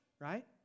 right